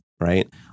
right